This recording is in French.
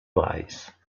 brice